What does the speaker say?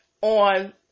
on